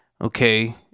okay